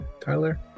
Tyler